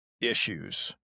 issues